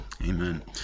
Amen